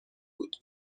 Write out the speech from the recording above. بود